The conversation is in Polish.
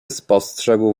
spostrzegł